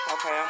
Okay